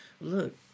Look